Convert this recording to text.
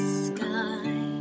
sky